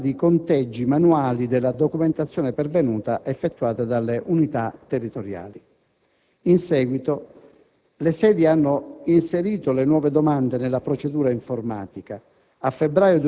sulla base di conteggi manuali della documentazione pervenuta, effettuata dalle Unità territoriali. In seguito, le Sedi hanno inserito le nuove domande nella procedura informatica: